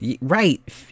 right